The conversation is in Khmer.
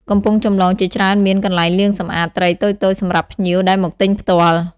កំពង់ចម្លងជាច្រើនមាន កន្លែងលាងសម្អាត ត្រីតូចៗសម្រាប់ភ្ញៀវដែលមកទិញផ្ទាល់។